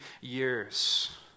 years